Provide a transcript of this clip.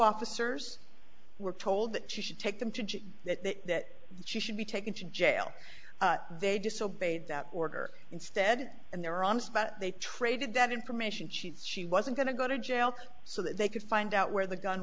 officers were told that she should take them to that she should be taken to jail they disobeyed that order instead and they're honest but they traded that information chief she wasn't going to go to jail so that they could find out where the gun